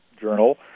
Journal